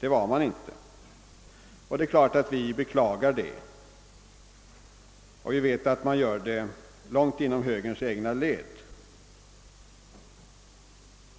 det var inte partiet. Det är klart att vi beklagar det. Vi vet att man gör det långt inom högerns egna led.